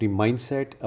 mindset